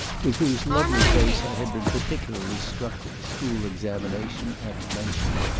with whose lovely face i had been particularly struck at the school examination i have mentioned.